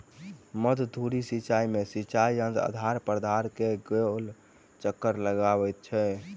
मध्य धुरी सिचाई में सिचाई यंत्र आधार प्राधार के गोल चक्कर लगबैत अछि